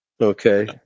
Okay